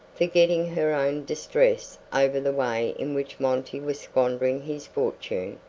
forgetting her own distress over the way in which monty was squandering his fortune,